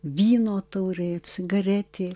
vyno taurė cigaretė